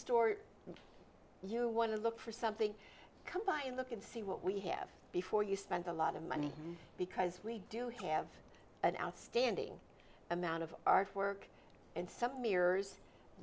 store you want to look for something come by and look and see what we have before you spend a lot of money because we do have an outstanding amount of artwork and some mirrors